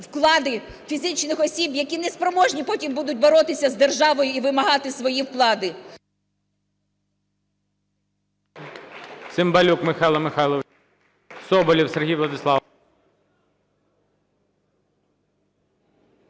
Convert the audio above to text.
вклади фізичних осіб, які не спроможні потім будуть боротися з державою і вимагати свої вклади…